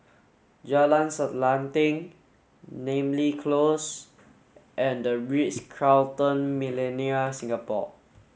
Jalan Selanting Namly Close and The Ritz Carlton Millenia Singapore